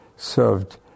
Served